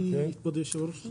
אני כבוד היושב ראש,